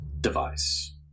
device